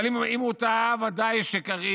אבל אם טעו, ודאי שקריב